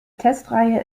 testreihe